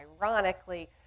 ironically